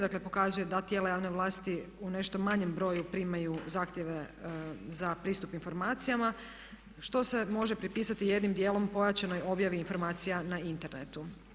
Dakle, pokazuje da tijela javne vlasti u nešto manjem broju primaju zahtjeve za pristup informacijama što se može pripisati jednim dijelom pojačanoj objavi informacija na internetu.